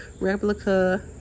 replica